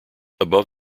above